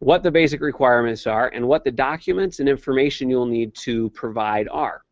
what the basic requirements are, and what the documents and information you'll need to provide are.